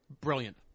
Brilliant